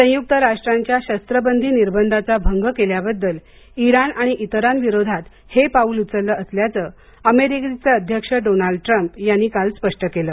संयुक्त राष्ट्रांच्या शस्त्रबंदी निर्बंधाचा भंग केल्याबद्दल इराण आणि इतरांविरोधात हे पाऊल उचललं असल्याचं अमेरिकेचे अध्यक्ष डोनाल्ड ट्रम्प यांनी काल स्पष्ट केलं